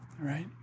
Right